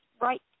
right